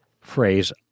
phrase